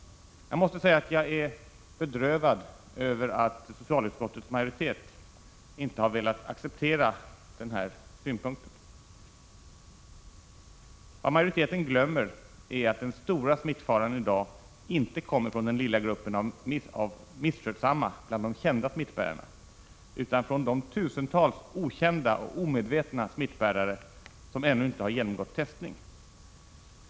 Jag måste säga att jag är bedrövad över att socialutskottets majoritet inte har velat acceptera den här synpunkten. Vad majoriteten glömmer är att den stora smittfaran i dag inte kommer från den lilla gruppen av misskötsamma bland de kända smittbärarna utan från de tusentals okända och omedvetna smittbärare som ännu inte har genomgått testning.